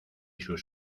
sus